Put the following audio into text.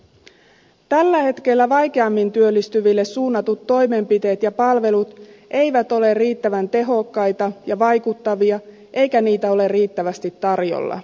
tällä hetkellä vaikeammin työllistyville suunnatut toimenpiteet ja palvelut eivät ole riittävän tehokkaita ja vaikuttavia eikä niitä ole riittävästi tarjolla